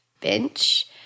bench